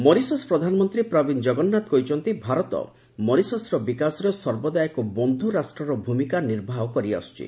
Mauritius ପ୍ରଧାନମନ୍ତ୍ରୀ Pravind Jugnauth କହିଛନ୍ତି ଭାରତ' ମରିସସ୍ର ବିକାଶରେ ସର୍ବଦା ଏକ ବନ୍ଧୁ ରାଷ୍ଟ୍ରର ଭୂମିକା ନିର୍ବାହ କରି ଆସୁଛି